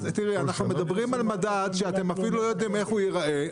אנחנו מדברים על מדד שאתם אפילו לא יודעים איך הוא ייראה.